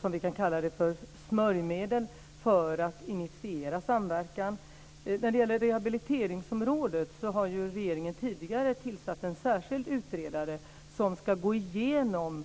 som vi kan kalla för smörjmedel, för att initiera en samverkan. När det gäller rehabiliteringsområdet har regeringen tidigare tillsatt en särskild utredare som ska gå igenom